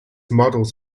models